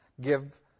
give